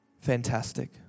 Fantastic